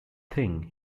thing